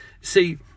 See